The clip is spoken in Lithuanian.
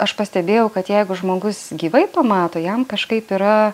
aš pastebėjau kad jeigu žmogus gyvai pamato jam kažkaip yra